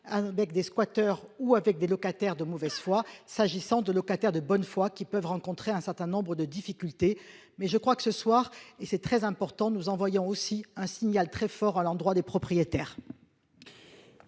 Avec des squatters ou avec des locataires de mauvaise foi, s'agissant de locataires de bonne foi qui peuvent rencontrer un certain nombre de difficultés mais je crois que ce soir et c'est très important. Nous envoyons aussi un signal très fort à l'endroit des propriétaires.